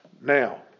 Now